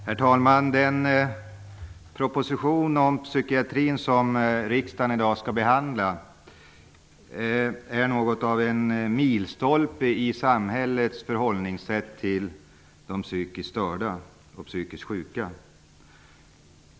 Herr talman! Den proposition om psykiatrin som riksdagen i dag skall behandla är något av en milstolpe när det gäller samhällets förhållningssätt till psykiskt störda och psykiskt sjuka.